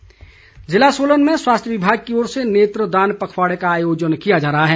नेत्रदान जिला सोलन में स्वास्थ्य विभाग की ओर से नेत्र दान पखवाड़े का आयोजन किया जा रहा है